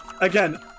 Again